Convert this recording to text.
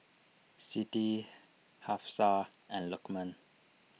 Siti Hafsa and Lukman